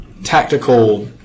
tactical